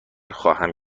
خواهم